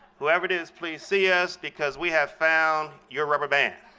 whoever it is, please see us, because we have found your rubber band.